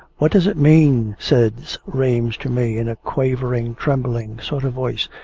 what does it mean? says rames to me in a quavering, trembling sort of voice.